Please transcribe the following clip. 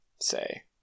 say